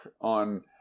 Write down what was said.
on